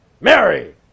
mary